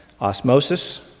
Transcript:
osmosis